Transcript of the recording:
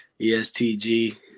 ESTG